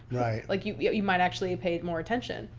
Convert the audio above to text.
like you you might actually pay more attention.